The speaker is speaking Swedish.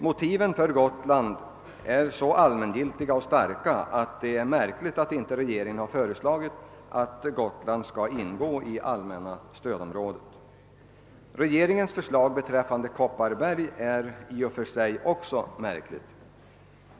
Motiven för Gotland är så allmängiltiga och starka att det är märkligt att inte regeringen har föreslagit det som nu framföres i reservationen. Regeringens förslag beträffande Kopparbergs län är i och för sig också märkligt.